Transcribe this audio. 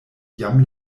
jam